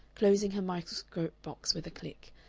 closing her microscope-box with a click,